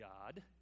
God